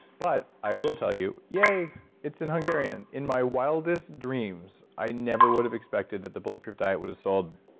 but, i will tell you, yay it's in hungarian. in my wildest dreams, i never would have expected that the bulletproof diet would have sold,